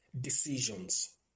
Decisions